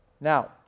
Now